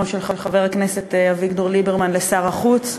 של חבר הכנסת אביגדור ליברמן לשר החוץ.